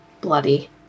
bloody